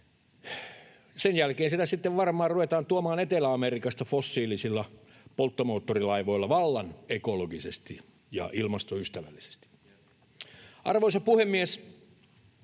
Sen jälkeen sitä sitten varmaan ruvetaan tuomaan Etelä-Amerikasta fossiilisilla polttomoottorilaivoilla vallan ekologisesti ja ilmastoystävällisesti. Arvoisa puhemies!